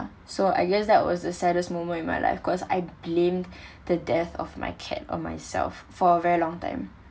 so I guess that was the saddest moment in my life because I blamed the death of my cat on myself for a very long time